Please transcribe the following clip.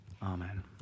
Amen